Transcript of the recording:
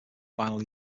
final